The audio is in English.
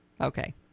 Okay